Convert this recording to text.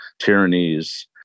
tyrannies